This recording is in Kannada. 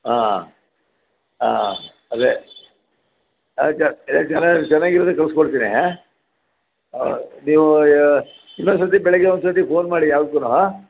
ಆಂ ಆಂ ಅದೇ ಅದ್ಕೆ ಚೆನ್ನಾಗಿರೋದೆ ಕಳ್ಸಿ ಕೊಡ್ತೀನಿ ಆಂ ನೀವು ಇನ್ನೊಂದು ಸರ್ತಿ ಬೆಳಿಗ್ಗೆ ಒಂದು ಸರ್ತಿ ಫೋನ್ ಮಾಡಿ ಯಾವ್ದ್ಕು ಹಾಂ